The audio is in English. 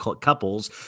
couples